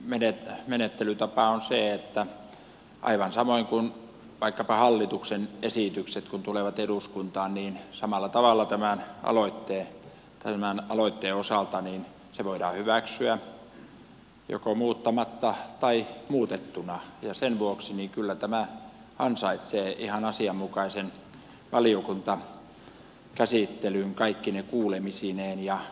tässähän menettelytapa on se että aivan samoin kuin vaikkapa hallituksen esitysten osalta kun ne tulevat eduskuntaan samalla tavalla tämän aloitteen osalta se voidaan hyväksyä joko muuttamatta tai muutettuna ja sen vuoksi kyllä tämä ansaitsee ihan asianmukaisen valiokuntakäsittelyn kaikkine kuulemisineen